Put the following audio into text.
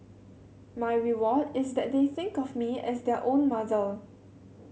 my reward is that they think of me as their own mother